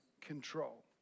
control